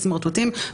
סמרטוטים,